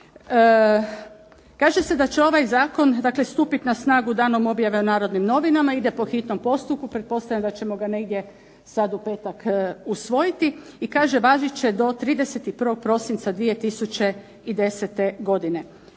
Kaže se da će ovaj zakon stupiti na snagu danom objave u "Narodnim novinama", ide po hitnom postupku, pretpostavljam da ćemo ga negdje sad u petak usvojiti i kaže važit će do 31. prosinca 2010. godine.